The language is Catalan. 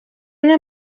una